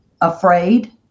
afraid